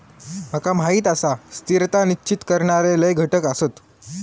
माका माहीत आसा, स्थिरता निश्चित करणारे लय घटक आसत